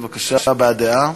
בבקשה, הבעת דעה,